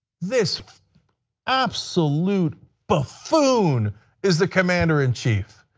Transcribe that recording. this absolute buffoon is the commander-in-chief.